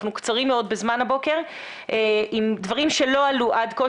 לדבר על קמפיין על נרגילה בחברה הערבית זה קשה עוד יותר.